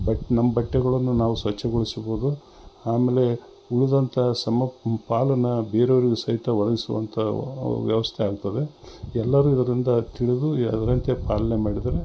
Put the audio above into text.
but ನಮ್ಮ ಬಟ್ಟೆಗಳನ್ನು ನಾವು ಸ್ವಚ್ಛಗೊಳಿಸಬಹುದು ಆಮೇಲೆ ಉಳಿದಂಥ ಸಮ ಪಾಲನ್ನು ಬೇರೆಯವರಿಗು ಸಹಿತ ಒದಗಿಸುವಂಥ ವ್ಯವಸ್ಥೆ ಆಗ್ತದೆ ಎಲ್ಲರು ಇರೋದ್ರಿಂದ ತಿಳಿದು ಅದರಂತೆ ಪಾಲನೆ ಮಾಡಿದರೆ